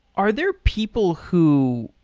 are there people who